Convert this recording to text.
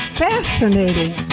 fascinating